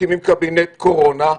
מקימים קבינט קורונה.